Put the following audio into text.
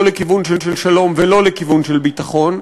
לא לכיוון של שלום ולא לכיוון של ביטחון,